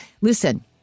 Listen